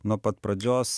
nuo pat pradžios